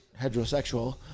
heterosexual